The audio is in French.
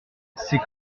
c’est